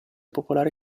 popolare